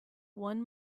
one